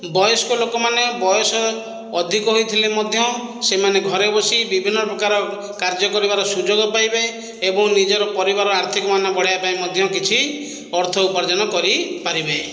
ବୟସ୍କ ଲୋକମାନେ ବୟସ ଅଧିକ ହୋଇଥିଲେ ମଧ୍ୟ ସେମାନେ ଘରେ ବସି ବିଭିନ୍ନ ପ୍ରକାର କାର୍ଯ୍ୟ କରିବାର ସୁଯୋଗ ପାଇବେ ଏବଂ ନିଜର ପରିବାର ଆର୍ଥିକ ମାନ ବଢ଼ାଇବା ପାଇଁ ମଧ୍ୟ କିଛି ଅର୍ଥ ଉପାର୍ଜନ କରିପାରିବେ